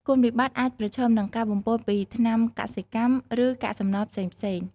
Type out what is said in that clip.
គុណវិបត្តិ អាចប្រឈមនឹងការបំពុលពីថ្នាំកសិកម្ម ឬកាកសំណល់ផ្សេងៗ។